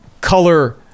color